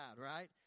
right